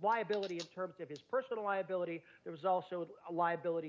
why ability in terms of his personal liability there was also a liability